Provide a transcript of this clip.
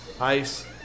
ice